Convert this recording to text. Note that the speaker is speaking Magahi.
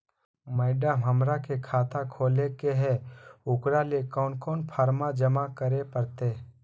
मैडम, हमरा के खाता खोले के है उकरा ले कौन कौन फारम जमा करे परते?